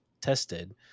tested